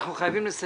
אנחנו חייבים לסיים.